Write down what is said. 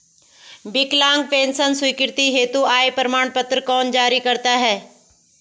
विकलांग पेंशन स्वीकृति हेतु आय प्रमाण पत्र कौन जारी करता है?